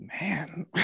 man